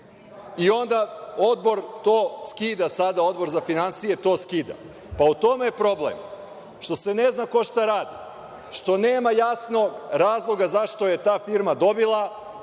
I onda Odbor za finansije to skida. Pa u tome je problem što se ne zna ko šta radi, što nema jasnog razloga zašto je ta firma dobila,